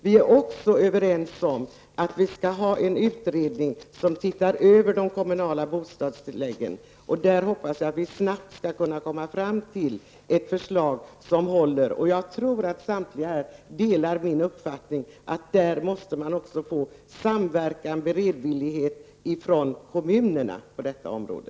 Vi är också överens om att en utredning skall se över de kommunala bostadstilläggen. Jag hoppas att vi snabbt skall komma fram till ett förslag som håller, och jag tror att samtliga här delar min uppfattning att man också måste få samverkan och beredvillighet från kommunernas sida på detta område.